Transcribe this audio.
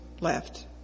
left